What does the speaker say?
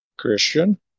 Christian